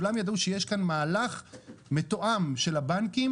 כולם ידעו שיש כאן מהלך מתואם של הבנקים